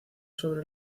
sobre